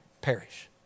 perish